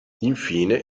infine